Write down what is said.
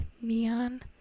Neon